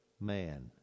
man